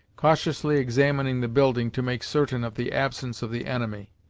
cautiously examining the building to make certain of the absence of the enemy.